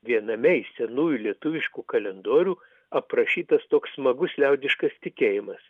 viename iš senųjų lietuviškų kalendorių aprašytas toks smagus liaudiškas tikėjimas